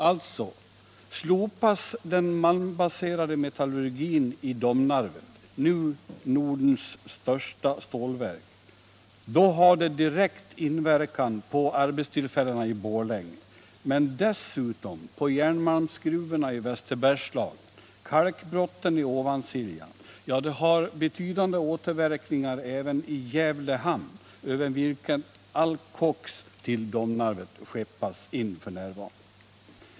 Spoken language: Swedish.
Alltså: Slopas den malmbaserade metallurgin i Domnarvet, nu Nordens största stålverk, har detta direkt inverkan på arbetstillfällena i Borlänge men dessutom på järnmalmsgruvorna i Västerbergslagen, kalkbrotten i Ovansiljan — ja, det har betydande återverkningar även i Gävle hamn, över vilken allt koks till Domnarvet f.n. skeppas in.